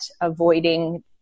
avoiding